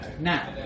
Now